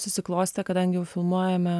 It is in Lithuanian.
susiklostė kadangi filmuojame